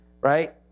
right